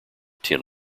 tin